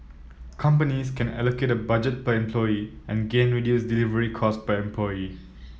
companies can allocate a budget per employee and gain reduced delivery cost per employee